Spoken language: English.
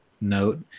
note